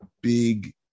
big